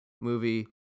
movie